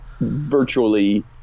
virtually